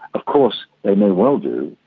of course they may well do,